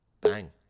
Bang